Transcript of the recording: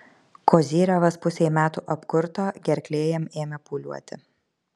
kozyrevas pusei metų apkurto gerklė jam ėmė pūliuoti